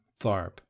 Tharp